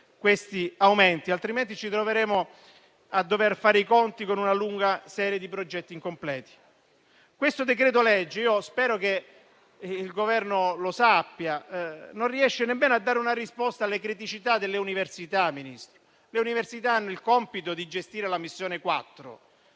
questi aumenti. Altrimenti, ci troveremo a dover fare i conti con una lunga serie di progetti incompleti. Io spero che il Governo sappia che questo decreto-legge non riesce nemmeno a dare una risposta alle criticità delle università. Le università hanno il compito di gestire la missione 4.